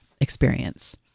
experience